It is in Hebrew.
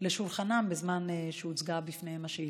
לשולחנם בזמן שהוצגה בפניהם השאילתה.